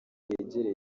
yegereye